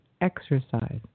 exercise